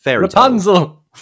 Rapunzel